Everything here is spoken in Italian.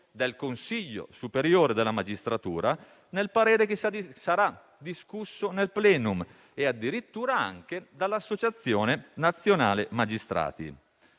del Consiglio superiore della magistratura nel parere che sarà discusso nel *plenum* e addirittura anche dall'Associazione nazionale magistrati.